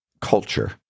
culture